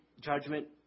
judgment